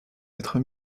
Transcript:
être